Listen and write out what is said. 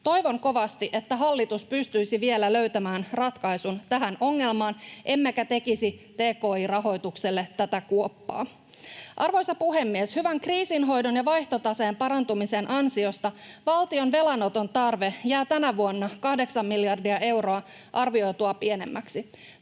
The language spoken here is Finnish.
Toivon kovasti, että hallitus pystyisi vielä löytämään ratkaisun tähän ongelmaan, emmekä tekisi tki-rahoitukselle tätä kuoppaa. Arvoisa puhemies! Hyvän kriisinhoidon ja vaihtotaseen parantumisen ansiosta valtion velanotontarve jää tänä vuonna 8 miljardia euroa arvioitua pienemmäksi.